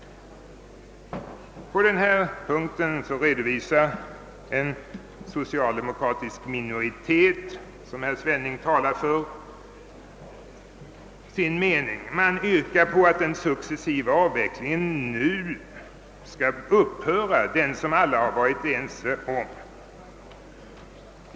På denna punkt redovisar en socialdemokratisk minoritet, som herr Svenning talar för, sin mening. Man yrkar på att den successiva avvecklingen, som alla varit ense om, nu skall upphöra.